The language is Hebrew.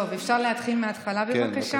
טוב, אפשר להתחיל מהתחלה, בבקשה?